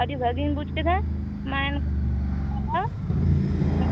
ᱟᱹᱰᱤ ᱵᱷᱟᱹᱜᱤᱧ ᱵᱩᱡᱽ ᱠᱮᱫᱟ ᱢᱟᱱᱮ ᱮᱱᱠᱷᱟᱱ ᱡᱚᱦᱟᱨ ᱦᱮᱸ